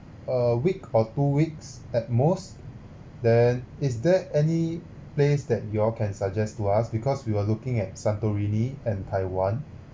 a week or two weeks at most then is there any place that you all can suggest to us because we were looking at santorini and taiwan